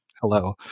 hello